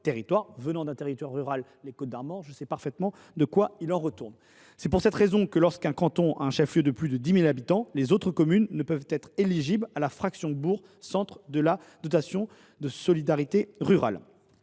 territoire. Venant d’un territoire rural – les Côtes d’Armor –, je sais parfaitement de quoi il retourne. C’est pour cette raison que, lorsqu’un chef lieu de canton compte plus de 10 000 habitants, les autres communes du canton ne peuvent être éligibles à la fraction bourg centre de la dotation de solidarité rurale.